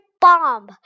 bomb